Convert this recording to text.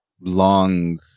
long